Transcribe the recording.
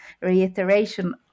reiteration